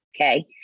okay